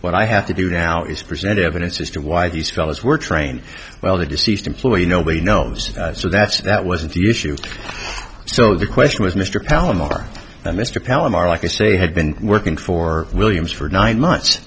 what i have to do now is present evidence as to why these fellows were trained well the deceased employee nobody knows so that's that wasn't the issue so the question was mr palomar mr palomar like i say he had been working for williams for nine months